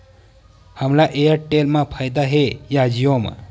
हमला एयरटेल मा फ़ायदा हे या जिओ मा?